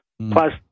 Plus